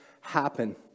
happen